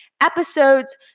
episodes